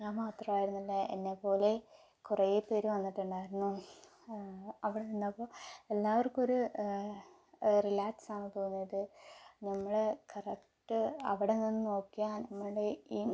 ഞാൻ മാത്രമായിരുന്നില്ല എന്നെപ്പോലെ കുറേപ്പേർ വന്നിട്ടുണ്ടായിരുന്നു അവിടെ നിന്നപ്പോൾ എല്ലാവർക്കൊരു റിലാക്സാണ് തോന്നിയത് നമ്മൾ കറക്റ്റ് അവിടെ നിന്ന് നോക്കിയാൽ നമ്മുടെ ഈ